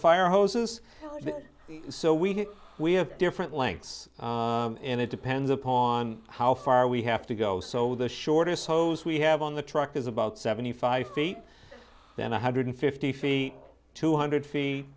fire hoses so we we have different lengths and it depends upon how far we have to go so the shortest hose we have on the truck is about seventy five feet then one hundred fifty feet two hundred feet